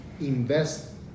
invest